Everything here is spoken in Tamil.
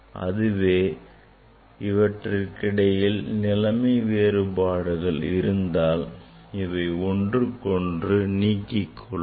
அதுவே இவற்றிற்கிடையே நிலைமை வேறுபாடுகள் இருந்தால் அவை ஒன்றை ஒன்று நீக்கிக் கொள்ளும்